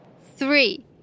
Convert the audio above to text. three